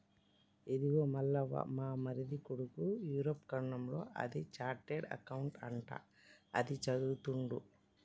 ఇదిగో మల్లవ్వ మా మరిది కొడుకు యూరప్ ఖండంలో అది చార్టెడ్ అకౌంట్ అంట అది చదువుతుండు